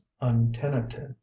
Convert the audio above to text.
untenanted